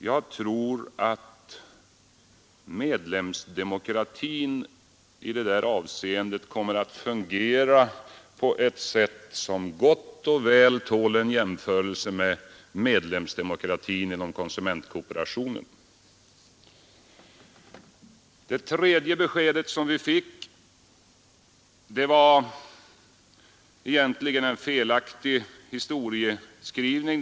Jag tror att medlemsdemokratin i det avseendet kommer att fungera på ett sätt som gott och väl tål en jämförelse med medlemsdemokratin inom konsumentkooperationen. Det tredje beskedet vi fick var egentligen en felaktig historieskrivning.